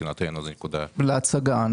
להצגה.